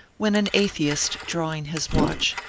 when an atheist, drawing his watch,